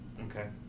Okay